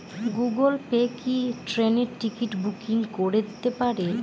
Google Pay কি ট্রেনের ticket booking করে দিতে পারে?